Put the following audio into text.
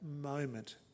moment